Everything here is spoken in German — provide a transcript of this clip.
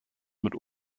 mit